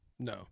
no